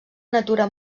natura